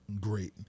great